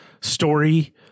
Story